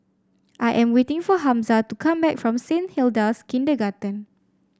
I am waiting for Hamza to come back from Saint Hilda's Kindergarten